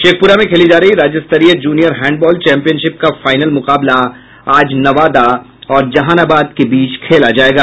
शेखपुरा में खेली जा रही राज्य स्तरीय जूनियर हैंडबॉल चंपियनशिप का फाइनल मुकाबला आज नवादा और जहानाबाद के बीच खेला जायेगा